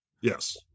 Yes